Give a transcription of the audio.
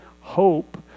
hope